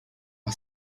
par